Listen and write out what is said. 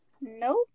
nope